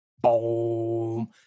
boom